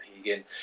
again